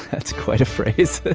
that's quite a phrase